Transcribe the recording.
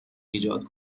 ایجاد